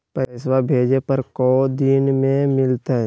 पैसवा भेजे पर को दिन मे मिलतय?